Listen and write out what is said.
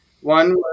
one